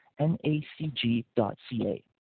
nacg.ca